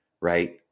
right